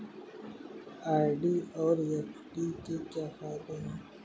RD और FD के क्या फायदे हैं?